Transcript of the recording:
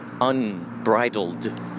unbridled